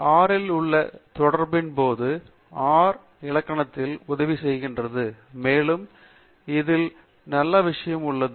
R இல் உள்ள தொடரின்போது ஆர் இன் இலக்கணத்தில் உதவி பெறுகிறது மேலும் ஆர் ஸ்டூடியோ பற்றிய நல்ல விஷயம் இது